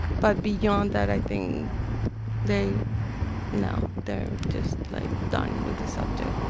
but beyond that, i think they no, they're just, like, done with the subject